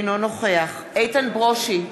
אינו נוכח איתן ברושי,